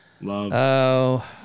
love